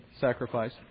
sacrifice